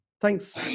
Thanks